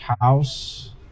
House